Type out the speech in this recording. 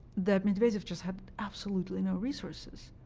that medvedev just had absolutely no resources.